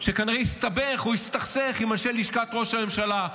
שכנראה הסתבך או הסתכסך עם אנשי לשכת ראש הממשלה,